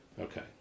Okay